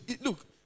Look